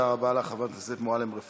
תודה רבה לך, חברת הכנסת מועלם-רפאלי.